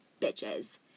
bitches